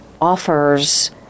offers